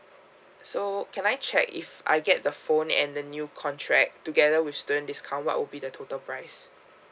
so can I check if I get the phone and the new contract together with student discount what will be the total price